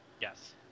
Yes